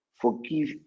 Forgive